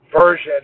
version